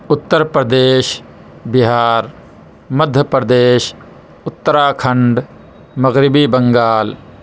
اترپردیش بہار مدھیہ پردیش اتراکھنڈ مغربی بنگال